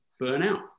burnout